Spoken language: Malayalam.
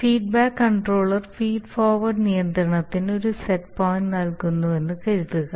ഫീഡ്ബാക്ക് കൺട്രോളർ ഫീഡ് ഫോർവേഡ് നിയന്ത്രണത്തിന് ഒരു സെറ്റ് പോയിന്റ് നൽകുന്നുവെന്ന് കരുതുക